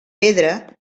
pedra